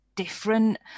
different